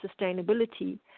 sustainability